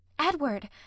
Edward